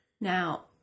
Now